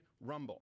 rumble